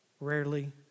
rarely